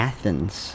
Athens